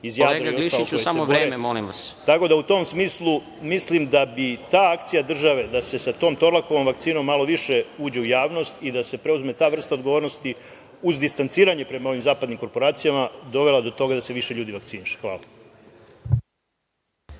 autentične grupe koji se bore. Tako da u tom smislu mislim da bi ta akcija države da se sa tom „Torlakovom“ vakcinom malo više uđe u javnost i da se preuzme ta vrsta odgovornosti uz distanciranje prema ovim zapadnim korporacijama dovela do toga da se više ljudi vakciniše. Hvala.